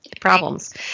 problems